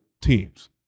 teams